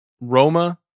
Roma